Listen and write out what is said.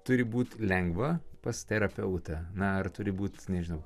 turi būti lengva pas terapeutą na ar turi būt nežinau